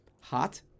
hot